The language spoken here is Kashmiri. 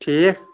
ٹھیٖک